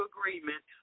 agreement